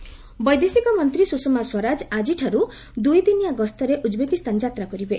Swaraj visit ବୈଦେଶିକ ମନ୍ତ୍ରୀ ସୁଷମା ସ୍ୱରାଜ ଆଜିଠାରୁ ଦୁଇଦିନିଆ ଗସ୍ତରେ ଉଜ୍ବେକିସ୍ଥାନ ଯାତ୍ରା କରିବେ